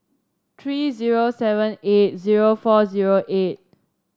three zero seven eight zero four zero eight